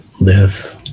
live